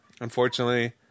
unfortunately